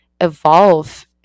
evolve